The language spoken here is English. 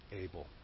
able